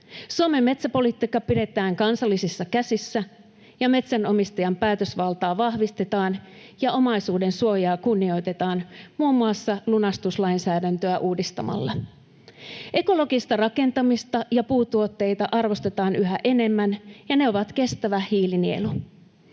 Suomen metsäpolitiikka pidetään kansallisissa käsissä, ja metsänomistajan päätösvaltaa vahvistetaan ja omaisuudensuojaa kunnioitetaan muun muassa lunastuslainsäädäntöä uudistamalla. Ekologista rakentamista ja puutuotteita arvostetaan yhä enemmän, ja ne ovat kestävä hiilinielu.